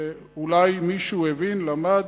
ואולי מישהו הבין, למד,